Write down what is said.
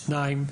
שתיים,